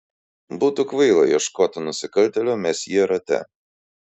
būtų kvaila ieškoti nusikaltėlio mesjė rate